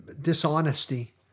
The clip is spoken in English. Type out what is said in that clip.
dishonesty